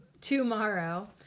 Tomorrow